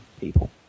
people